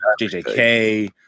JJK